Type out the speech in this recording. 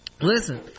Listen